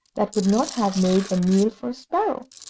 that would not have made a meal for a sparrow.